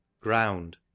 ground